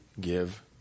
give